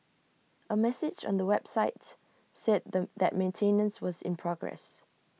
A message on the websites said then that maintenance was in progress